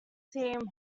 seem